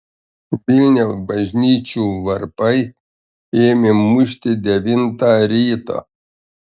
vilniaus bažnyčių varpai ėmė mušti devintą ryto